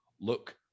look